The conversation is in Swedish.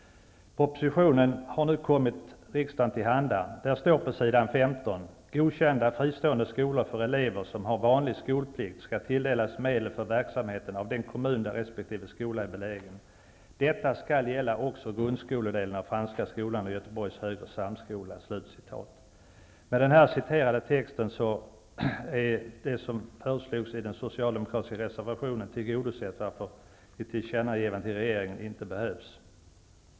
Propositionen har nu kommit riksdagen till handa. Där står att godkända fristående skolor för elever som har vanlig skolplikt skall tilldelas medel för verksamheten av den kommun där resp. skola är belägen och att detta också skall gälla grundskoledelen av Franska skolan och Göteborgs högre samskola. Med detta är det som föreslås i den socialdemokratiska reservationen tillgodosett varför något tillkännagivande till regeringen inte behövs.